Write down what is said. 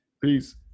peace